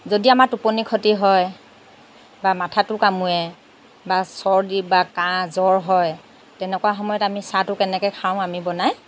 যদি আমাৰ টোপনি ক্ষতি হয় বা মাথাটো কামোৰে বা চৰ্দি বা কাহ জ্বৰ হয় তেনেকুৱা সময়ত আমি চাহটো কেনেকৈ খাওঁ আমি বনাই